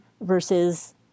versus